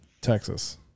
Texas